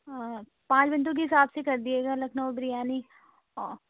پانچ بندوں کے حساب سے کر دیجیے گا لکھنؤ بریانی